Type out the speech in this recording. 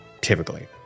typically